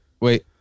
Wait